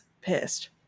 pissed